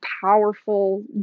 powerful